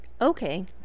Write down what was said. okay